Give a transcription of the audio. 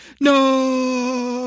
No